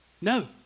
No